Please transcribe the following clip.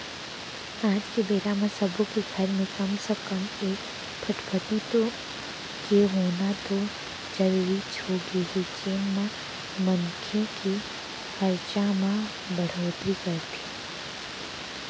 आज के बेरा म सब्बो के घर म कम से कम एक फटफटी के होना तो जरूरीच होगे हे जेन ह मनखे के खरचा म बड़होत्तरी करथे